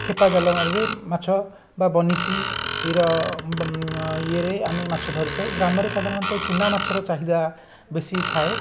ଖେପା ଜାଲରେ ମାଛ ବା ବନିଶୀ ର ବ ଇଏରେ ଆମେ ମାଛ ଧରିଥାଉ ଗ୍ରାମରେ ସାଧାରଣତଃ ଚୁନାମାଛର ଚାହିଦା ବେଶୀଥାଏ